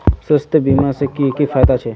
स्वास्थ्य बीमा से की की फायदा छे?